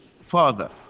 father